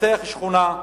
נפתח שכונה,